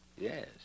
Yes